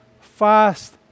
fast